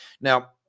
now